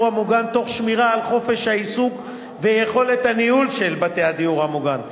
המוגן תוך שמירה על חופש העיסוק ויכולת הניהול של בתי הדיור המוגן.